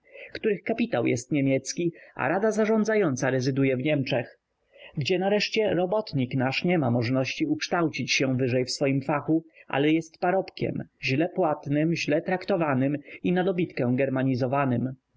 których kapitał jest niemiecki a rada zarządzająca rezyduje w niemczech gdzie nareszcie robotnik nasz nie ma możności ukształcić się wyżej w swoim fachu ale jest parobkiem źle płatnym źle traktowanym i na dobitkę germanizowanym to